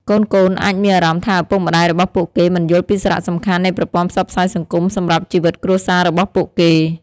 កូនៗអាចមានអារម្មណ៍ថាឪពុកម្តាយរបស់ពួកគេមិនយល់ពីសារៈសំខាន់នៃប្រព័ន្ធផ្សព្វផ្សាយសង្គមសម្រាប់ជីវិតគ្រួសាររបស់ពួកគេ។